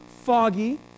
foggy